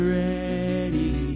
ready